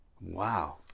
wow